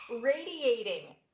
radiating